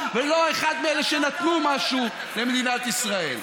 ולא אחד מאלה שנתנו משהו למדינת ישראל.